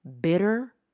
Bitter